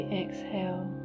exhale